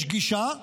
יש גישה,